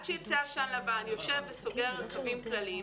שייצא עשן לבן יושב וסוגר מתווים כלליים.